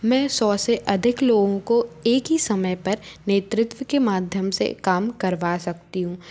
मैं सौ से अधिक लोगों को एक ही समय पर नेतृत्व के माध्यम से काम करवा सकती हूँ